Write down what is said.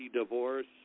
divorce